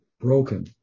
broken